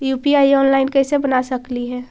UPI online कैसे बना सकली हे?